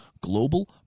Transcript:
global